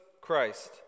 Christ